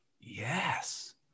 Yes